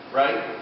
right